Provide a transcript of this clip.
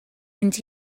mynd